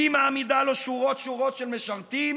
היא מעמידה לו שורות שורות של משרתים